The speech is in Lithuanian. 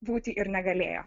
būti ir negalėjo